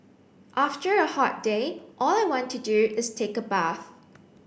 after a hot day all I want to do is take a bath